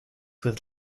with